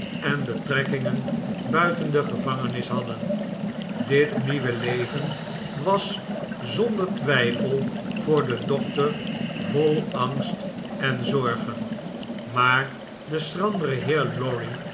en betrekkingen buiten de gevangenis hadden dit nieuwe leven was zonder twijfel voor den dokter vol angst en zorgen maar de schrandere heer lorry